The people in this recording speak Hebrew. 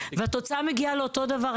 והתוצאה מגיעה לאותו דבר,